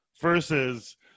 versus